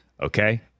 okay